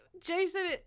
Jason